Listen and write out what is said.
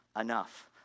enough